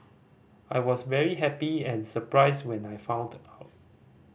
I was very happy and surprised when I found out